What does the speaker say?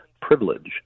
privilege